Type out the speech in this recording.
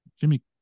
Jimmy